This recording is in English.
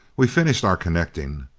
we finished our connecting.